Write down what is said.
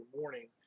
morning